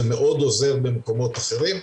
זה מאוד עוזר במקומות אחרים.